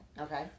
Okay